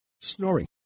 Snoring